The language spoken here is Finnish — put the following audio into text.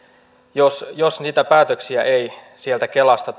jos jos niitä päätöksiä ei kelasta